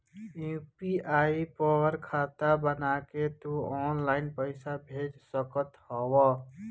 UPI पर खाता बना के तू ऑनलाइन पईसा भेज सकत हवअ